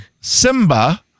Simba